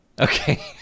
okay